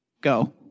Go